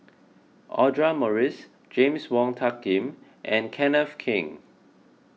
Audra Morrice James Wong Tuck Yim and Kenneth Keng